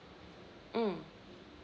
mm